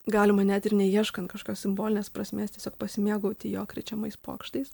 galima net ir neieškant kažkios simbolinės prasmės tiesiog pasimėgauti jo krečiamais pokštais